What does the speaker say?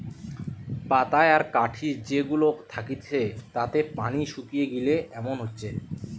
পাতায় আর কাঠি যে গুলা থাকতিছে তাতে পানি শুকিয়ে গিলে এমন হচ্ছে